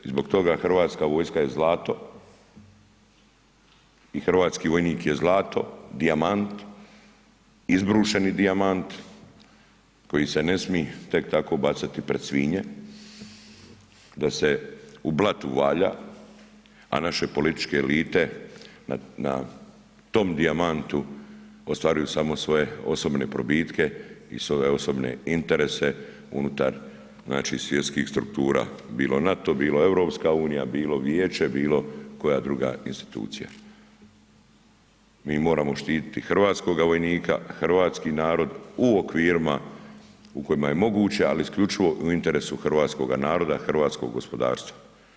Zbog toga Hrvatska vojska je zlato i hrvatski vojnik je zlato, dijamant, izbrušeni dijamant koji se ne smije tek tako bacati pred svinje, da se u blatu valja, a naše političke elite na tom dijamantu ostvaraju samo svoje osobne probitke i svoje osobne interese unutar, znači svjetskih struktura, bilo NATO, bilo EU, bilo vijeće, bilo koja druga institucija, mi moramo štiti hrvatskoga vojnika, hrvatski narod u okvirima u kojima je moguće, ali isključivo u interesu hrvatskoga naroda, hrvatskog gospodarstva.